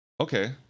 Okay